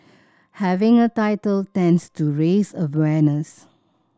having a title tends to raise awareness